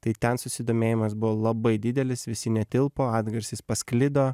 tai ten susidomėjimas buvo labai didelis visi netilpo atgarsis pasklido